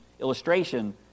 illustration